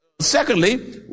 Secondly